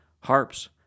harps